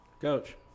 Coach